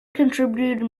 contributed